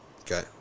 Okay